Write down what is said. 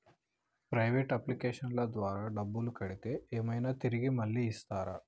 Private అప్లికేషన్ల ద్వారా డబ్బులు కడితే ఏమైనా తిరిగి మళ్ళీ ఇస్తరా?